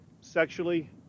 sexually